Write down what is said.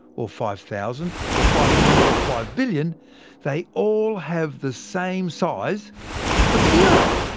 or five thousand, or five million, or five billion they all have the same size of zero.